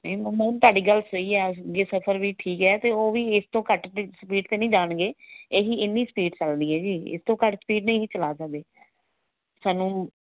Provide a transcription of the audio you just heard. ਨਹੀਂ ਮੈਮ ਤੁਹਾਡੀ ਗੱਲ ਸਹੀ ਹੈ ਜੇ ਸਫ਼ਰ ਵੀ ਠੀਕ ਹੈ ਤਾਂ ਉਹ ਵੀ ਇਸ ਤੋਂ ਘੱਟ ਸਪੀਡ 'ਤੇ ਨਹੀਂ ਜਾਣਗੇ ਇਹੀ ਇੰਨੀ ਸਪੀਡ ਚੱਲਦੀ ਹੈ ਜੀ ਇਸ ਤੋਂ ਘੱਟ ਸਪੀਡ ਨਹੀਂ ਚਲਾ ਸਕਦੇ ਸਾਨੂੰ